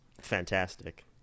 fantastic